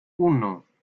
uno